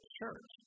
church